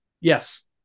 Yes